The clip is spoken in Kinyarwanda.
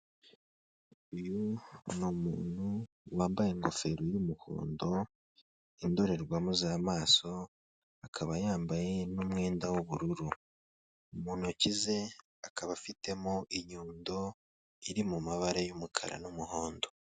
Uyu ni umuntu wambaye ingofero y'umuhondo indorerwamo z'amaso, akaba yambaye n'umwenda w'ubururu, mu ntoki ze akaba afitemo inyundo iri mu mabara y'umukara n'umuhondo.